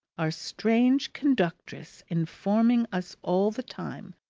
our strange conductress informing us all the time,